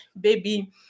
baby